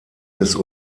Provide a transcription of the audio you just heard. des